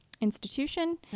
institution